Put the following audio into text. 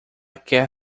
quer